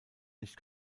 nicht